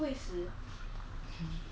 I really feel like drinking bubble tea